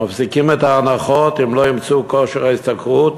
מפסיקים את ההנחות אם לא ימצו את כושר ההשתכרות,